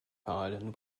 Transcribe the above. island